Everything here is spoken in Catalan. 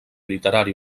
literari